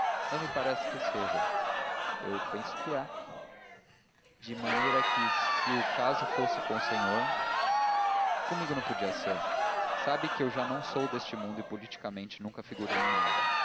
não me parece que seja eu penso que é de maneira que se o caso fosse com o senhor comigo não podia ser sabe que eu já não sou deste mundo e politicamente nunca figurei em nada